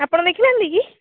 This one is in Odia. ଆପଣ ଦେଖି ନାହାନ୍ତି କି